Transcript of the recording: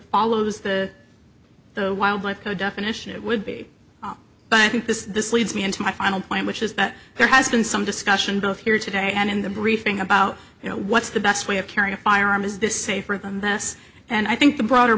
follows the the wildlife definition it would be but i think this this leads me into my final point which is that there has been some discussion both here today and in the briefing about you know what's the best way of carrying a firearm is this safer than this and i think the broader